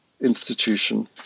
institution